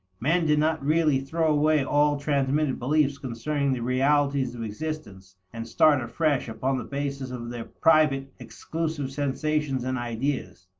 men did not really throw away all transmitted beliefs concerning the realities of existence, and start afresh upon the basis of their private, exclusive sensations and ideas.